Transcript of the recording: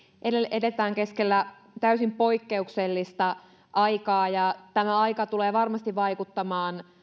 eletään keskellä täysin poikkeuksellista aikaa ja tämä aika tulee varmasti vaikuttamaan